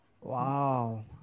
Wow